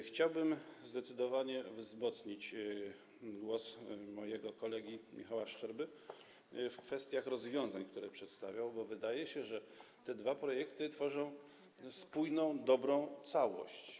Chciałbym zdecydowanie wzmocnić głos mojego kolegi Michała Szczerby w kwestiach rozwiązań, które przedstawiał, bo wydaje się, że te dwa projekty tworzą spójną, dobrą całość.